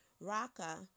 Raka